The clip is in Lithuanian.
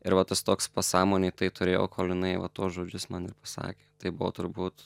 ir va tas toks pasąmonėj tai turėjau kol jinai va tuos žodžius man ir pasakė tai buvo turbūt